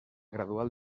gradual